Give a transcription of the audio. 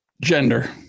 gender